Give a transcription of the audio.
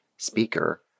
speaker